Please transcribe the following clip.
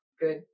good